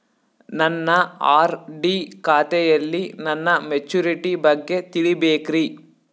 ನನ್ನ ಆರ್.ಡಿ ಖಾತೆಯಲ್ಲಿ ನನ್ನ ಮೆಚುರಿಟಿ ಬಗ್ಗೆ ತಿಳಿಬೇಕ್ರಿ